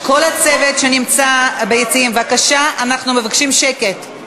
כל הצוות שנמצא ביציעים, בבקשה, אנחנו מבקשים שקט.